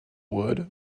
wood